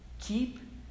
keep